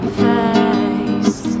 face